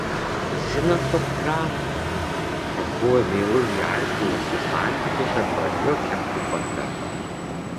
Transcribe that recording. zina suprato kad buvę meilužiai aiškinasi santykius ir pradėjo kepti kotletus